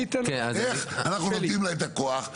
איך אנחנו נותנים לה את הכוח,